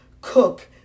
cook